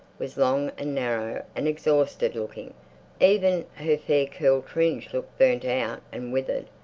was long and narrow and exhausted-looking even her fair curled fringe looked burnt out and withered.